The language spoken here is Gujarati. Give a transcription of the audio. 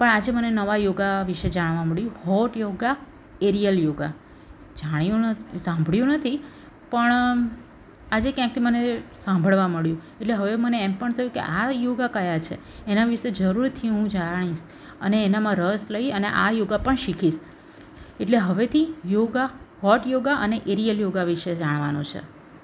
પણ આજે મને નવા યોગા વિશે જાણવા મળ્યું હોટ યોગા એરીયલ યોગા જાણ્યું નથ સાંભળ્યું નથી પણ આજે ક્યાંકથી મને સાંભળવા મળ્યું એટલે હવે મને એમ પણ થયું કે આ યોગા કયા છે એના વિશે જરૂરથી હું જાણીશ અને એનામાં રસ લઇ અને આ યોગા પણ શીખીશ એટલે હવેથી યોગા હોટ યોગા અને એરિયલ યોગા વિશે જાણવાનું છે